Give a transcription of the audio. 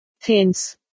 Hence